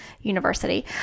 University